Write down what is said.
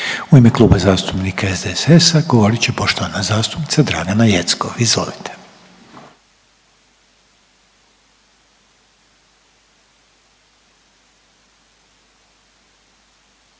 U ime Kluba zastupnika SDSS-a govorit će poštovana zastupnica Dragana Jeckov, izvolite.